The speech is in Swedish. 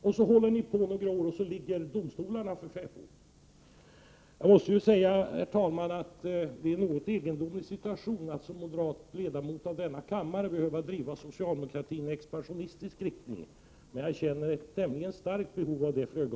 Så går det några år och sedan ligger domstolarna för fäfot. Jag måste, herr talman, säga att det är något egendomligt att jag i egenskap av moderat ledamot av denna kammare skall behöva driva socialdemokratin i expansionistisk riktning. För ögonblicket känner jag dock ett tämligen stort behov därav.